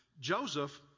Joseph